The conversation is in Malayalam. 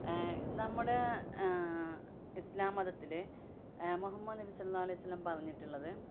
നമ്മുടെ ഇസ്ലാം മതത്തില് മുഹമ്മദ് നബി സ്വാല്ലള്ളാഹു വലയിവസ്സല്ലം പറഞ്ഞിട്ടുള്ളത്